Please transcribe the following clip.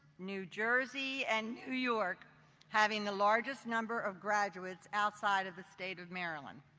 new jersey and new york having the largest number of graduates outside of the state of maryland.